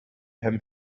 him